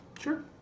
Sure